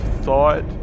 thought